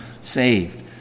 saved